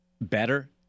better